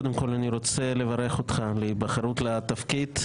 קודם כל אני רוצה לברך אותך על בחירתך לתפקיד.